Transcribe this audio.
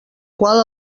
qual